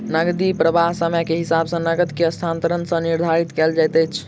नकदी प्रवाह समय के हिसाब सॅ नकद के स्थानांतरण सॅ निर्धारित कयल जाइत अछि